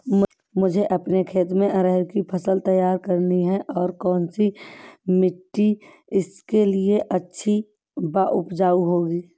मुझे अपने खेत में अरहर की फसल तैयार करनी है और कौन सी मिट्टी इसके लिए अच्छी व उपजाऊ होगी?